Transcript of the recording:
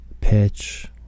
pitch